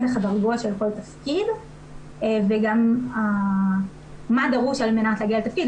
מתח הדרגות של כל תפקיד וגם מה דרוש על מנת להגיע לתפקיד.